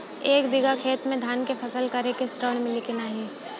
एक बिघा खेत मे धान के फसल करे के ऋण मिली की नाही?